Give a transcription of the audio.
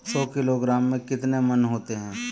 सौ किलोग्राम में कितने मण होते हैं?